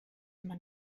man